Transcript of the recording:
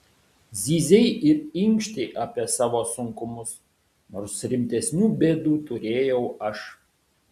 zyzei ir inkštei apie savo sunkumus nors rimtesnių bėdų turėjau aš